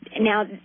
Now